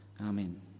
amen